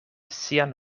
sian